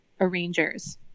arrangers